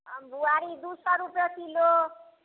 आ बुआरी दू सए रुपैए किलो